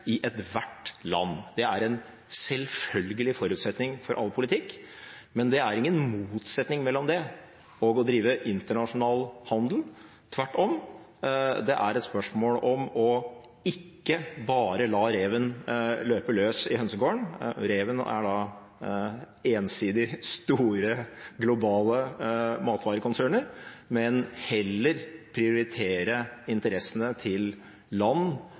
i ethvert land. Det er en selvfølgelig forutsetning for all politikk. Det er ingen motsetning mellom dette og det å drive internasjonal handel. Tvert om, det er et spørsmål om ikke bare å la reven løpe løs i hønsegården – reven er ensidig store, globale matvarekonserner – men heller prioritere interessene til land